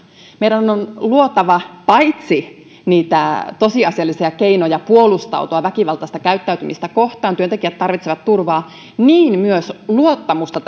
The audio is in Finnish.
meidän on luotava paitsi niitä tosiasiallisia keinoja puolustautua väkivaltaista käyttäytymistä kohtaan työntekijät tarvitsevat turvaa myös luottamusta